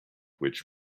which